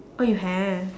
oh you have